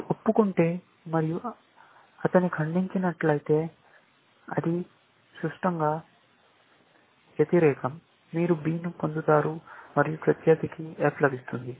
మీరు ఒప్పుకుంటే మరియు అతను ఖండించినట్లయితే అది సుష్టంగా వ్యతిరేకం మీరు B ను పొందుతారు మరియు ప్రత్యర్థికి F లభిస్తుంది